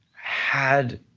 had